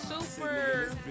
super